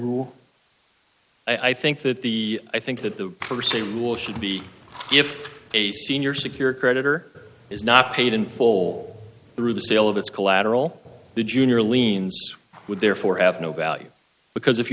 rule i think that the i think that the for sea rule should be if a senior secured creditor is not paid in full through the sale of its collateral the junior liens would therefore have no value because if